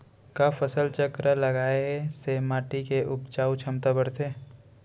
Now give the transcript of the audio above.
का फसल चक्र लगाय से माटी के उपजाऊ क्षमता बढ़थे?